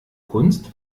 kunst